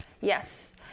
Yes